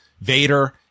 Vader